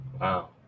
Wow